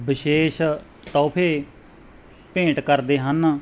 ਵਿਸ਼ੇਸ਼ ਤੋਹਫੇ ਭੇਂਟ ਕਰਦੇ ਹਨ